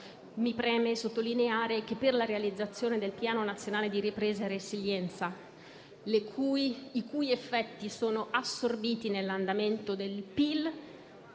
Mi preme sottolineare quanto sia fondamentale la realizzazione del Piano nazionale di ripresa e resilienza, i cui effetti sono assorbiti nell'andamento del PIL,